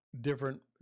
different